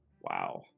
Wow